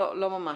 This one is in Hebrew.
לא ממש.